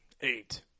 Eight